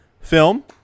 film